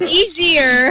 easier